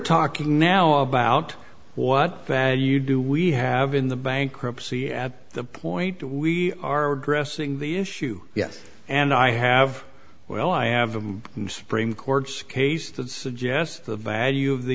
talking now about what value do we have in the bankruptcy at the point that we are addressing the issue yes and i have well i have a supreme court's case that suggests the value of the